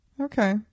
Okay